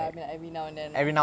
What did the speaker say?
ya me every now and then ah